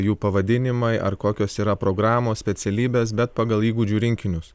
jų pavadinimai ar kokios yra programos specialybės bet pagal įgūdžių rinkinius